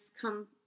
come